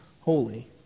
holy